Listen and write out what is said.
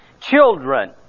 Children